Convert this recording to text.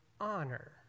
honor